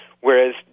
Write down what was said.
whereas